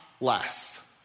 last